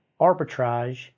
arbitrage